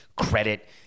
credit